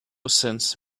sense